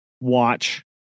watch